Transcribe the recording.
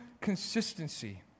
consistency